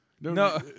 No